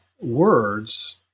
words